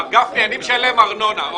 מר גפני, אני משלם ארנונה.